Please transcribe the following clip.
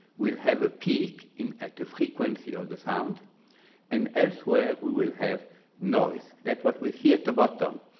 we'll have a peak in at the frequency of the sound and elsewhere, we will have noise. that what we see at the bottom.